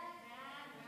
חוק